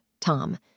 Tom